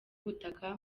ubutaka